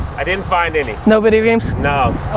i didn't find any. no video games? no,